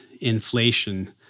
inflation